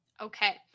Okay